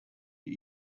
you